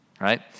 Right